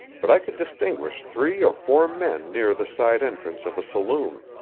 but i could distinguish three or four men near the side entrance of a saloon.